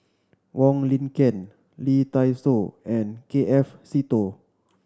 Wong Lin Ken Lee Dai Soh and K F Seetoh